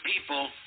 people